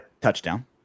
Touchdown